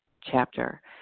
chapter